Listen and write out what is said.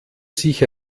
sich